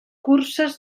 curses